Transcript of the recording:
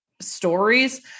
stories